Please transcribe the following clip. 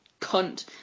cunt